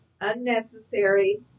unnecessary